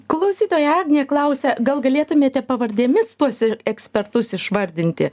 klausytoja agnė klausia gal galėtumėte pavardėmis tuos ekspertus išvardinti